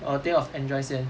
I will think of enjoy 先